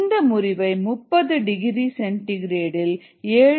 இந்த முறிவை 30 degree centigrade 7